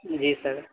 جی سر